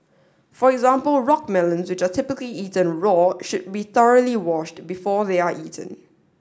for example rock melons which are typically eaten raw should be thoroughly washed before they are eaten